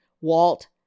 Walt